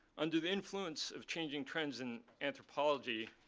under the influence of changing trends in anthropology,